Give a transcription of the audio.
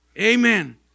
Amen